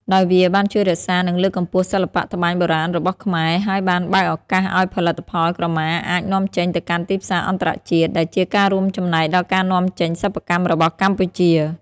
ដោយវាបានជួយរក្សា និងលើកកម្ពស់សិល្បៈត្បាញបុរាណរបស់ខ្មែរ ហើយបានបើកឱកាសឲ្យផលិតផលក្រមាអាច នាំចេញទៅកាន់ទីផ្សារអន្តរជាតិ ដែលជាការរួមចំណែកដល់ការនាំចេញសិប្បកម្មរបស់កម្ពុជា។